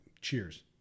Cheers